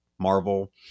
Marvel